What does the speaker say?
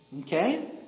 Okay